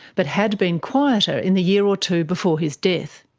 but had been quieter in the year or two before his death.